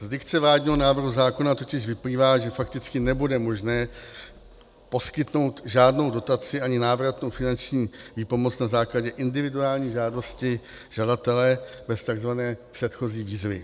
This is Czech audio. Z dikce vládního návrhu zákona totiž vyplývá, že fakticky nebude možné poskytnout žádnou dotaci ani návratnou finanční výpomoc na základě individuální žádosti žadatele bez takzvané předchozí výzvy.